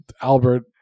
Albert